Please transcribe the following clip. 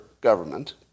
government